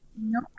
no